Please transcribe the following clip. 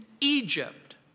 Egypt